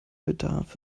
bedarf